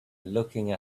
looking